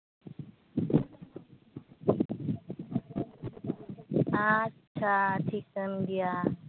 ᱟᱪᱪᱷᱟ ᱴᱷᱤᱠᱟᱹᱱ ᱜᱮᱭᱟ